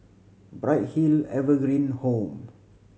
Bright Hill Evergreen Home